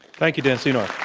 thank you, dan senor.